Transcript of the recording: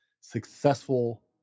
successful